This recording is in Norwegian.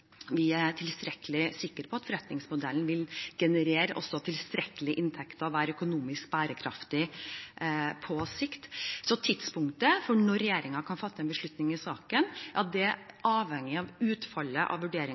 vi er tilstrekkelig sikre på at forretningsmodellen vil generere tilstrekkelige inntekter og være økonomisk bærekraftig på sikt. Så tidspunktet for når regjeringen kan fatte en beslutning i saken, er avhengig av utfallet av vurderinger